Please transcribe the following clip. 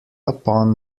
upon